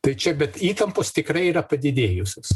tai čia bet įtampos tikrai yra padidėjusios